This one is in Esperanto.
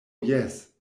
jes